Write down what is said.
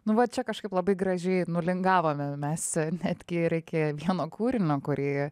nu va čia kažkaip labai gražiai nulingavome mes netgi ir reikėjo vieno kūrinio kurį